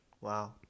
Wow